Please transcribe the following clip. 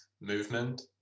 movement